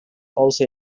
also